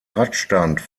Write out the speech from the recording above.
radstand